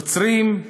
נוצרים,